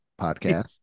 podcast